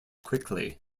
quickly